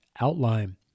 outline